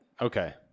okay